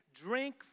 drink